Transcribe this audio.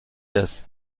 das